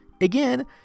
Again